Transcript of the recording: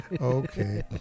okay